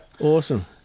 Awesome